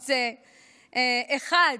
בערוץ 1,